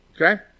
Okay